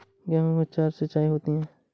गेहूं में चार सिचाई होती हैं